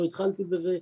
לא התחלתי בזה,